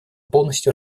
полностью